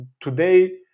today